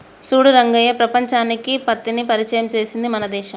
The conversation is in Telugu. చూడు రంగయ్య ప్రపంచానికి పత్తిని పరిచయం చేసింది మన దేశం